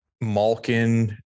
Malkin